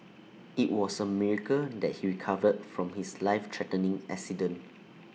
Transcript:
IT was A miracle that he recovered from his life threatening accident